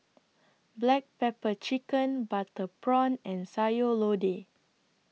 Black Pepper Chicken Butter Prawn and Sayur Lodeh